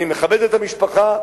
אני מכבד את המשפחה,